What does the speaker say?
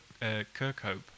Kirkhope